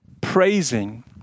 Praising